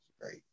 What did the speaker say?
great